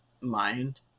mind